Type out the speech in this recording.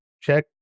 check